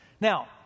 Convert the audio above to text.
Now